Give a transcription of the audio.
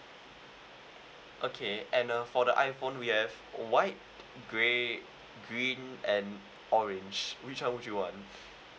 okay and uh for the iphone we have white grey green and orange which [one] would you want